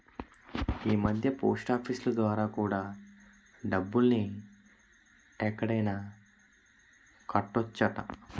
ఈమధ్య పోస్టాఫీసులు ద్వారా కూడా డబ్బుల్ని ఎక్కడైనా కట్టొచ్చట